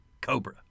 Cobra